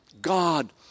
God